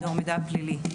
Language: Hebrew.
מדור מידע פלילי.